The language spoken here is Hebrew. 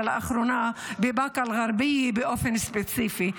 ולאחרונה בבאקה אל-גרבייה באופן ספציפי.